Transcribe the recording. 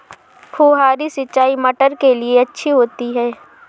फुहारी सिंचाई मटर के लिए अच्छी होती है?